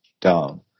down